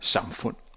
Samfund